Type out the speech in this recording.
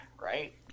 right